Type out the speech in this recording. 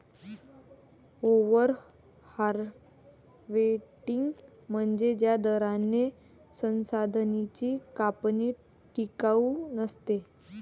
over harvesting म्हणजे ज्या दराने संसाधनांची कापणी टिकाऊ नसते